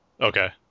Okay